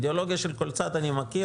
את האידיאולוגיה של כל צד אני מכיר,